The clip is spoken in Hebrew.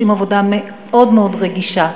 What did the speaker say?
עושים עבודה מאוד רגישה.